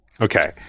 Okay